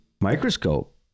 microscope